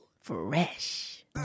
Fresh